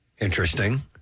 Interesting